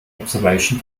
observation